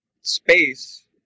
space